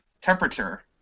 temperature